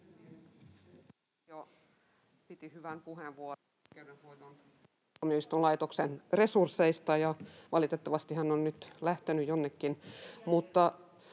piti hyvän puheenvuoron oikeudenhoidon ja tuomioistuinlaitoksen resursseista — valitettavasti hän on nyt lähtenyt jonnekin.